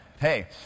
hey